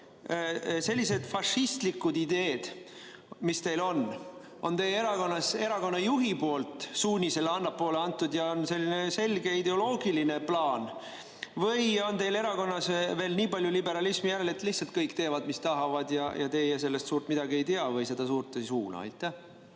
sellised fašistlikud ideed, mis teil on, on teie erakonnas erakonna juhi suunisena allapoole antud ja on selline selge ideoloogiline plaan või on teil erakonnas veel nii palju liberalismi järel, et lihtsalt kõik teevad, mis tahavad, ja teie sellest suurt midagi ei tea või seda suurt ei suuna? Esiteks